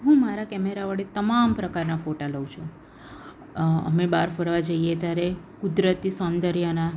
હું મારા કેમેરા વડે તમામ પ્રકારના ફોટા લઉં છું અમે બહાર ફરવા જઈએ ત્યારે કુદરતી સોંદર્યના